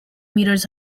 metres